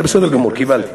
זה בסדר גמור, קיבלתי.